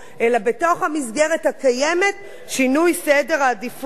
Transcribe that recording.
אלא בתוך המסגרת הקיימת שינוי סדר העדיפויות.